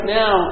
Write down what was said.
now